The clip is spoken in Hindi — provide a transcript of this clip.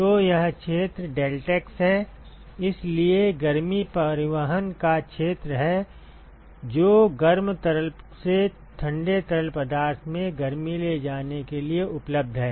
तो यह क्षेत्र डेल्टैक्स है इसलिए गर्मी परिवहन का क्षेत्र है जो गर्म तरल से ठंडे तरल पदार्थ में गर्मी ले जाने के लिए उपलब्ध है